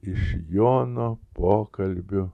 iš jono pokalbių